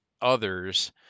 others